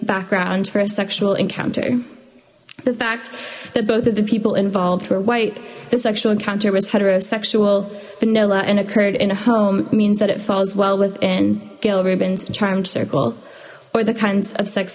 background for a sexual encounter the fact that both of the people involved were white the sexual encounter was heterosexual vanilla and occurred in a home means that it falls well within gale reubens charmed circle or the kinds of sex